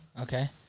okay